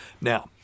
Now